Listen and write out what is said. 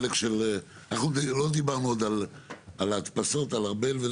אנחנו לא דיברנו עוד על ההדפסות, על ארבל.